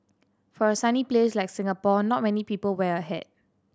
for a sunny place like Singapore not many people wear a hat